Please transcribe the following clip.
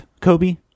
Kobe